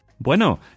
Bueno